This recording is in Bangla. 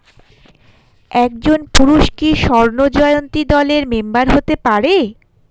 একজন পুরুষ কি স্বর্ণ জয়ন্তী দলের মেম্বার হতে পারে?